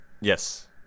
Yes